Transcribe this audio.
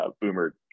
boomer